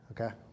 Okay